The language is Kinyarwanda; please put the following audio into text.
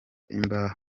imbaho